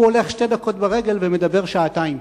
הוא הולך שתי דקות ברגל ומדבר שעתיים.